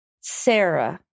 sarah